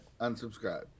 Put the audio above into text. unsubscribe